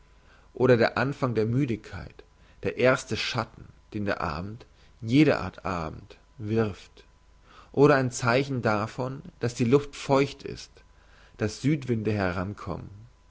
oder der anfang der müdigkeit der erste schatten den der abend jede art abend wirft oder ein zeichen davon dass die luft feucht ist dass südwinde herankommen